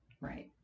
Right